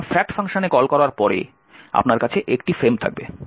সুতরাং fact ফাংশনে কল করার পরে আপনার কাছে একটি ফ্রেম থাকবে